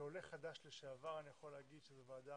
כעולה חדש לשעבר, אני יכול להגיד שזאת ועדה